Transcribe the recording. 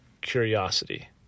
curiosity